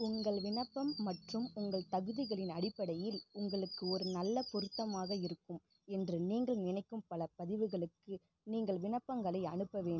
உங்கள் விண்ணப்பம் மற்றும் உங்கள் தகுதிகளின் அடிப்படையில் உங்களுக்கு ஒரு நல்ல பொருத்தமாக இருக்கும் என்று நீங்கள் நினைக்கும் பல பதிவுகளுக்கு நீங்கள் விண்ணப்பங்களை அனுப்பவேண்டும்